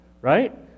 Right